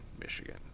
Michigan